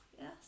Yes